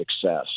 success